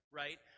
right